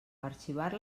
arxivar